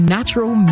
Natural